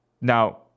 Now